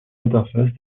interfaces